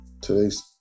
today's